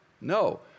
No